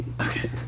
okay